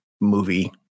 movie